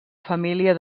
família